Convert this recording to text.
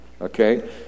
Okay